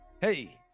Hey